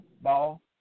ball